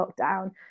lockdown